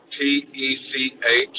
T-E-C-H